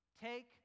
Take